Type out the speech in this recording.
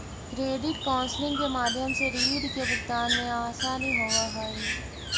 credit counselling के माध्यम से रीड के भुगतान में असानी होवऽ हई